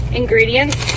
ingredients